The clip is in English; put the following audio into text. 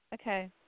Okay